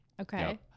Okay